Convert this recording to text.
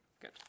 good